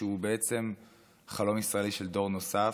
שהוא בעצם חלום ישראלי של דור נוסף,